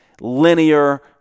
linear